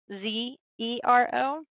Z-E-R-O